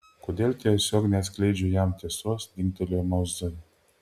kodėl tiesiog neatskleidžiu jam tiesos dingtelėjo mauzai